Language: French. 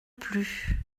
plus